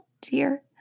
dear